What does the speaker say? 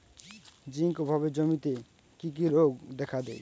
Zinc অভাবে জমিতে কি কি রোগ দেখাদেয়?